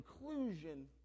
inclusion